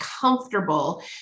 comfortable